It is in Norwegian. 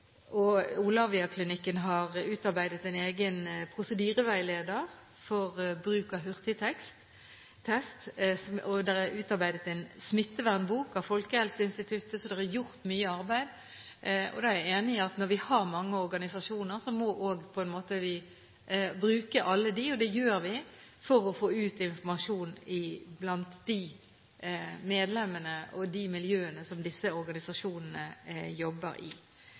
har utarbeidet en egen prosedyreveileder for bruk av hurtigtest, og det er utarbeidet en smittevernbok av Folkehelseinstituttet. Så det er gjort mye arbeid. Jeg er enig i at når vi har mange organisasjoner, må vi bruke alle disse – og det gjør vi – for å få ut informasjon til medlemmene og til de miljøene som disse organisasjonene jobber i.